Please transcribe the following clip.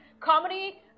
comedy